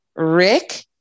Rick